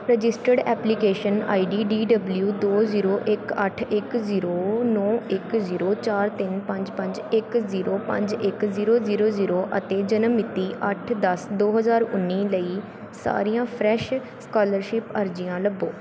registered application I D D W ਦੋ zero ਇੱਕ ਅੱਠ ਇੱਕ ਜ਼ੀਰੋ ਨੌਂ ਇੱਕ ਜ਼ੀਰੋ ਚਾਰ ਤਿੰਨ ਪੰਜ ਪੰਜ ਇੱਕ ਜ਼ੀਰੋ ਪੰਜ ਇੱਕ ਜ਼ੀਰੋ ਜ਼ੀਰੋ ਜ਼ੀਰੋ ਅਤੇ ਜਨਮ ਮਿਤੀ ਅੱਠ ਦਸ ਦੋ ਹਜ਼ਾਰ ਉੱਨੀ ਲਈ ਸਾਰੀਆਂ ਫਰੈਸ਼ ਸਕੋਲਰਸ਼ਿਪ ਅਰਜ਼ੀਆਂ ਲੱਭੋ